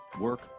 work